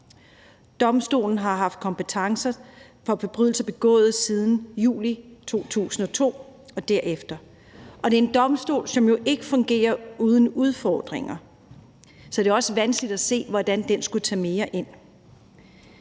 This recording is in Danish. Domstolen har haft kompetencer for forbrydelser begået siden juli 2002 og derefter. Og det er en domstol, som jo ikke fungerer uden udfordringer. Så det er også vanskeligt at se, hvordan den skulle tage mere ind.